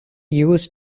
used